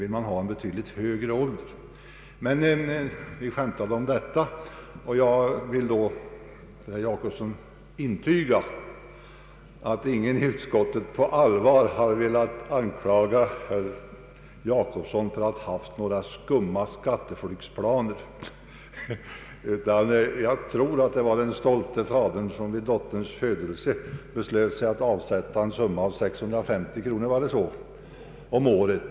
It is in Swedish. Vi skämtade i utskottet om herr Jacobssons försäkring, och jag vill intyga att ingen i utskottet på allvar har velat anklaga herr Jacobsson för att ha haft några skumma skatteflyktsplaner. Jag tror att det var den stolte fadern som vid dotterns födelse beslöt att avsätta 650 kronor om året.